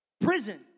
Prison